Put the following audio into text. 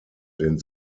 den